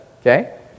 Okay